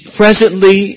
presently